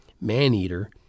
Maneater